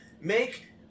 Make